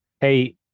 hey